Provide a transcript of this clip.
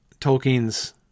Tolkien's